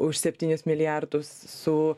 už septynis milijardus su